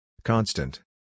Constant